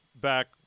back